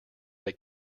they